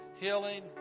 healing